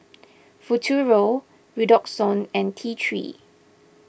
Futuro Redoxon and T three